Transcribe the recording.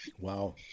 wow